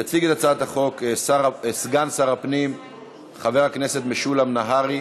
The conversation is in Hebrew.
יציג את הצעת החוק סגן שר הפנים משולם נהרי.